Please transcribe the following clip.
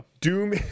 Doom